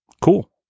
Cool